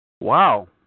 Wow